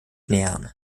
nähern